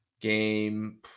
game